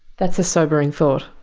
that's a sobering thought.